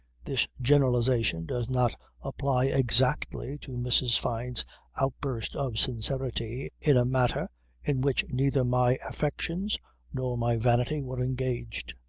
this generalization does not apply exactly to mrs. fyne's outburst of sincerity in a matter in which neither my affections nor my vanity were engaged.